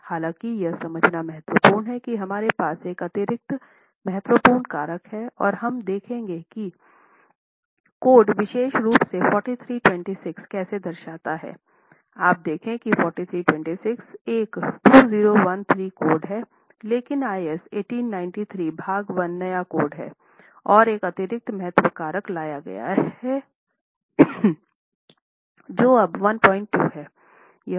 हालाँकि यह समझना महत्वपूर्ण है कि हमारे पास एक अतिरिक्त महत्वपूर्ण कारक हैं और हम देखेंगे कि कोड विशेष रूप से 4326 कैसे दर्शाता है आप देखें की 4326 एक 2013 कोड है लेकिन IS 1893 भाग 1 नया कोड है और एक अतिरिक्त महत्व कारक लाया गया है जो अब 12 है